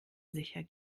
sicher